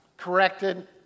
Corrected